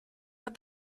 but